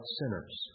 sinners